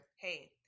hey